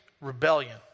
Rebellion